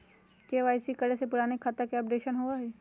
KYC करें से पुराने खाता के अपडेशन होवेई?